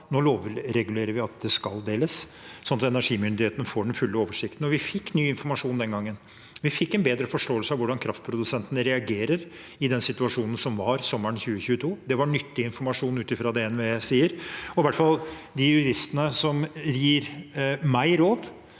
Nå lovregulerer vi at det skal deles, sånn at energimyndighetene får den fulle oversikten, og vi fikk ny informasjon den gangen. Vi fikk en bedre forståelse av hvordan kraftprodusentene reagerer i den situasjonen som var sommeren 2022. Det var nyttig informasjon, ut ifra det NVE sier. I hvert fall de juristene som gir meg råd,